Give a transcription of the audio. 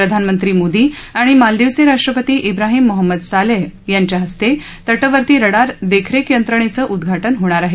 प्रधानमंत्री मोदी आणि मालदिवचे राष्ट्रपती इब्राहिम मोहम्मद सालेह यांच्या हस्ते तटवर्ती रडार देखरेख यंत्रणेचं उद्घाटन होणार आहे